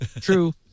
true